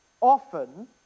often